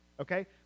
Okay